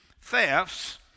thefts